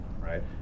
right